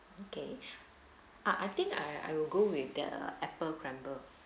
okay I I think I I will go with that ah apple crumble